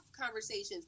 conversations